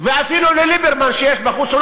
ואפילו לליברמן שבחוץ.